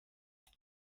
that